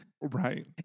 Right